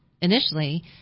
initially